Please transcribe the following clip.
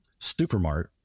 Supermart